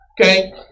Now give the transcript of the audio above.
Okay